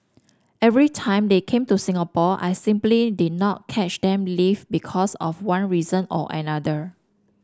every time they came to Singapore I simply did not catch them live because of one reason or another